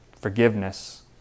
forgiveness